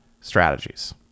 strategies